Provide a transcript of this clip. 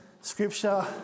Scripture